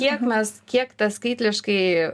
kiek mes kiek tas skaitliškai